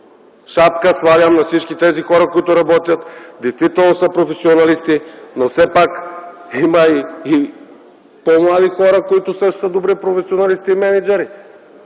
Шапка свалям на всички тези хора, които работят, действително са професионалисти, но все пак има и по-млади хора, които също са добри професионалисти и мениджъри.